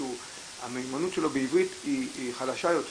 המיומנות שלו בעברית היא חלשה יותר,